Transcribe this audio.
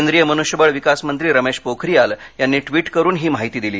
केंद्रीय मनृष्यबळ विकासमंत्री रमेश पोखरियाल यांनी ट्विट करून ही माहिती दिली